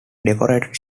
decorated